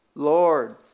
Lord